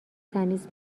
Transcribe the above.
تمیز